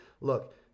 Look